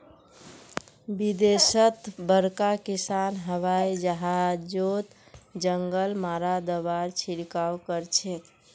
विदेशत बड़का किसान हवाई जहाजओत जंगल मारा दाबार छिड़काव करछेक